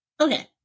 Okay